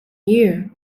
year